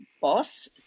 boss